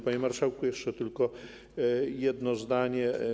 Panie marszałku, jeszcze tylko jedno zdanie.